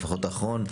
לפחות את האחרון,